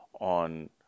on